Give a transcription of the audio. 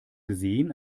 gesehen